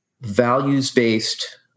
values-based